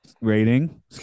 rating